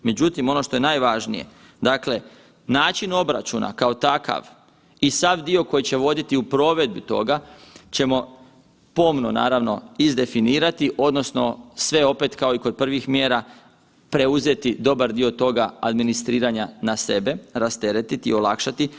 Međutim ono što je najvažnije, način obračuna kao takav i sav dio koji će voditi u provedbi toga ćemo pomno naravno izdefinirati odnosno sve opet kao i kod prvih mjera preuzeti dobar dio toga administriranja na sebe, rasteretiti, olakšati.